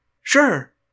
Sure